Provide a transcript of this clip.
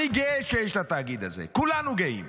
ואני גאה שיש את התאגיד הזה, כולנו גאים.